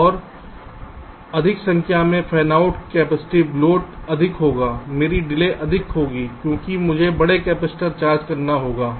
और अधिक संख्या में फैनआउट कैपेसिटिव लोड अधिक होगा मेरी डिले अधिक होगी क्योंकि मुझे बड़े कैपेसिटर चार्ज करना होगा